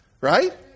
right